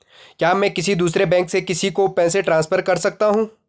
क्या मैं किसी दूसरे बैंक से किसी को पैसे ट्रांसफर कर सकता हूँ?